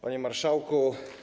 Panie Marszałku!